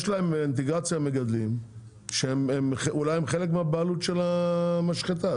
יש להם באינטגרציה מגדלים שהם אולי חלק מהבעלות של המשחטה,